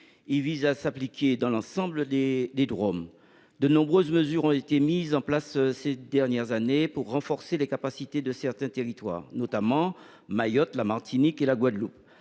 des départements et régions d’outre mer. De nombreuses mesures ont été mises en place ces dernières années pour renforcer la capacité de certains territoires, notamment Mayotte, la Martinique et la Guadeloupe,